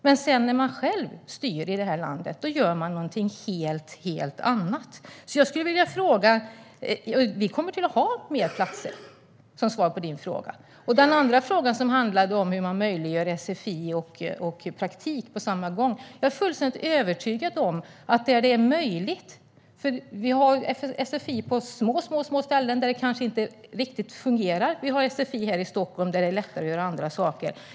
Men när man sedan själv styr det här landet gör man någonting helt annat. Som svar på din fråga kan jag säga att vi kommer att ha fler platser. Jag ska även säga något om din andra fråga, som handlar om hur man möjliggör sfi och praktik på samma gång. Vi har sfi även på små ställen där det kanske inte riktigt fungerar på samma sätt som här i Stockholm, där det är lättare att göra andra saker.